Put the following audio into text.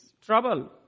trouble